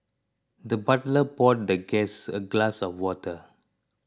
the butler poured the guest a glass of water